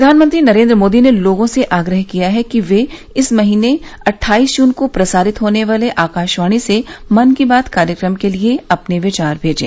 प्रधानमंत्री नरेन्द्र मोदी ने लोगों से आग्रह किया है कि वे इस महीने अट्ठाईस जून को प्रसारित होने वाले आकाशवाणी से मन की बात कार्यक्रम के लिए अपने विचार भेजें